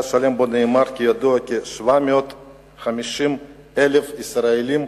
ונאמר בו כי ידוע שכ-750,000 ישראלים,